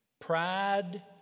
pride